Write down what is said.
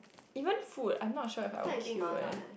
even food I'm not sure if I will queue leh